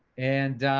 and